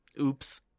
Oops